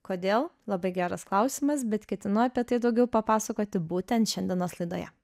kodėl labai geras klausimas bet ketinu apie tai daugiau papasakoti būtent šiandienos laidoje